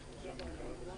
הישיבה נעולה.